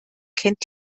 kennt